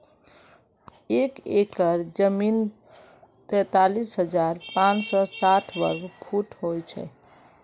एक एकड़ जमीन तैंतालीस हजार पांच सौ साठ वर्ग फुट हो छे